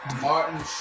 Martin